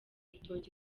rutoki